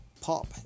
pop